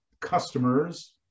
customers